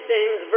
James